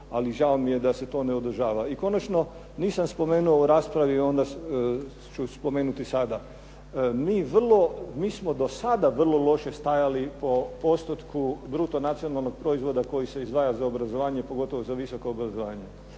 ali žao mi je da se to ne održava. I konačno nisam spomenuo u raspravi onda ću spomenuti sada. Mi vrlo, mi smo do sada vrlo loše stajali po postotku bruto nacionalnog proizvoda koji se izdvaja za obrazovanje, pogotovo za visoko obrazovanje.